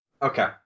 Okay